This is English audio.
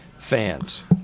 Fans